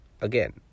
again